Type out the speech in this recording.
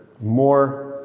more